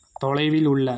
தொலைவில் உள்ள